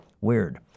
Weird